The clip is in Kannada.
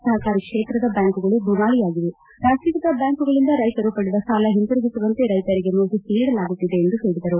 ಸಹಕಾರಿ ಕ್ಷೇತ್ರದ ಬ್ಯಾಂಕುಗಳು ದಿವಾಳಿಯಾಗಿವೆ ರಾಷ್ಷೀಕೃತ ಬ್ಯಾಂಕುಗಳಿಂದ ರೈತರು ಪಡೆದ ಸಾಲ ಹಿಂತಿರುಗಿಸುವಂತೆ ರೈತರಿಗೆ ನೋಟೀಸ್ ನೀಡಲಾಗುತ್ತಿದೆ ಎಂದು ಹೇಳಿದರು